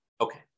Okay